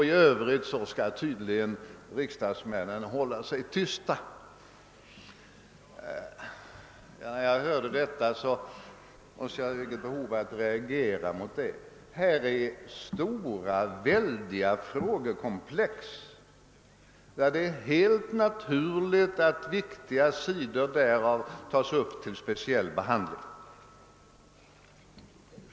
I övrigt skall tydligen riksdagsmännen hålla sig tysta. Jag känner behov av att reagera mot detta. Frågekomplexet är enormt stort, och det är helt naturligt att viktiga delar därav tas upp till speciell behandling.